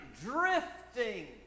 drifting